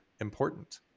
important